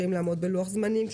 קשיים לעמוד בלוח זמנים,